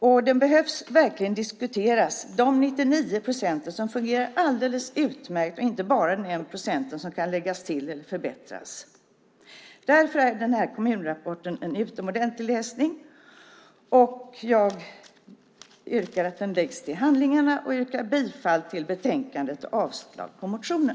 Och man behöver verkligen diskutera de 99 procent som fungerar alldeles utmärkt och inte bara den procent som kan läggas till eller förbättras. Därför är den här kommunrapporten en utomordentlig läsning. Jag yrkar att den läggs till handlingarna, och jag yrkar bifall till förslaget i betänkandet och avslag på motionen.